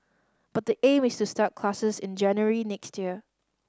but the aim is to start classes in January next year